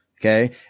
Okay